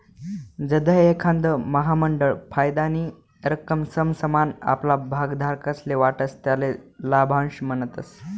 जधय एखांद महामंडळ फायदानी रक्कम समसमान आपला भागधारकस्ले वाटस त्याले लाभांश म्हणतस